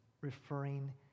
referring